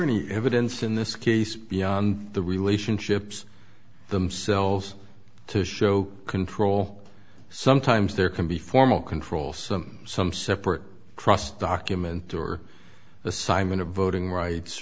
any evidence in this case beyond the relationships themselves to show control sometimes there can be formal control some some separate trust document or the simon of voting rights